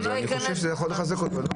אני חושב שזה יכול לחזק אותו.